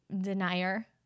denier